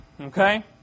Okay